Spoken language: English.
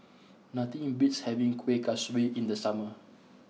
nothing beats having Kueh Kaswi in the summer